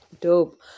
Dope